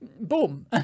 boom